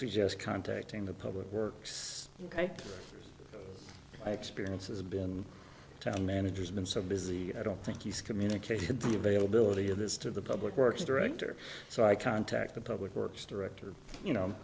suggest contacting the public works ok i experience as a boom town manager's been so busy i don't think he's communicated the availability of this to the public works director so i contact the public works director you know